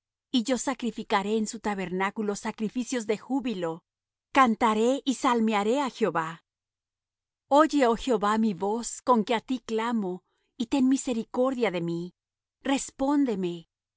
y yo sacrificaré en su tabernáculo sacrificios de júbilo cantaré y salmearé á jehová oye oh jehová mi voz con que á ti clamo y ten misericordia de mí respóndeme